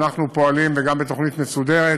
וגם בתוכנית מסודרת.